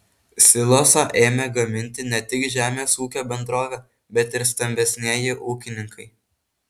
silosą ėmė gaminti ne tik žemės ūkio bendrovė bet ir stambesnieji ūkininkai